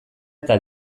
eta